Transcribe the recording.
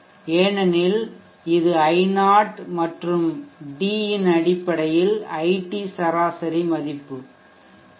ஏனெனில் இது i0 மற்றும் d இன் அடிப்படையில் iT சராசரி மதிப்பு பி